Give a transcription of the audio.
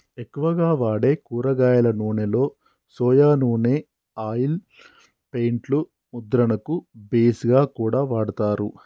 ఎక్కువగా వాడే కూరగాయల నూనెలో సొయా నూనె ఆయిల్ పెయింట్ లు ముద్రణకు బేస్ గా కూడా వాడతారు